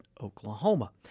Oklahoma